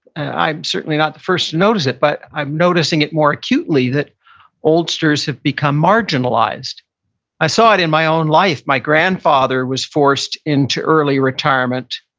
i'm certainly not the first to notice it, but i'm noticing it more acutely that oldsters have become marginalized i saw it in my own life. my grandfather was forced into early retirement,